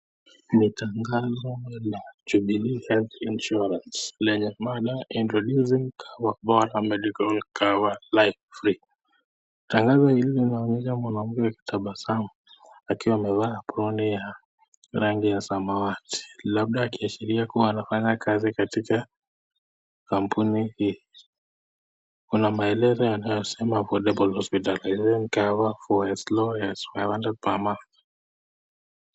Ni tangazo la jubilee health insurance lenye mada intoducing medical cover live free mwanamke akitabasamu, akiwa amevaa aproni ya rangi ya samawati labda akiashiraia anafanya kazi katika kampuni hii, kuna maelezo yanayosema affordable hospital cover for as lowa as five hundred per month